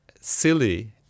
silly